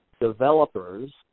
developers